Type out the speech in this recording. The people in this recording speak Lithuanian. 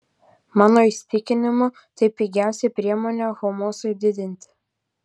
mano įsitikinimu tai pigiausia priemonė humusui didinti